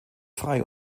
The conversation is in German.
frei